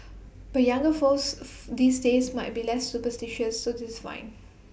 but younger folks these days might be less superstitious so this fine